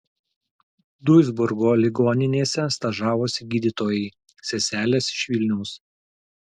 duisburgo ligoninėse stažavosi gydytojai seselės iš vilniaus